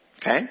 Okay